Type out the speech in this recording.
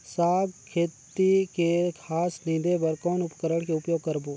साग खेती के घास निंदे बर कौन उपकरण के उपयोग करबो?